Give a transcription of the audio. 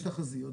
יש תחזיות,